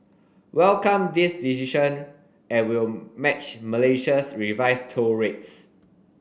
welcome this decision and will match Malaysia's revised toll rates